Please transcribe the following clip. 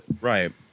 right